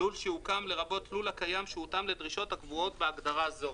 "לול שהוקם" לרבות לול קיים שהותאם לדרישות הקבועות בהגדרה זו,